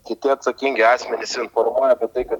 kiti atsakingi asmenys informuoja apie tai kad